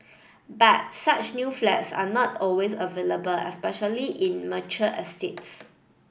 but such new flats are not always available especially in mature estates